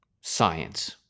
Science